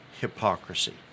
hypocrisy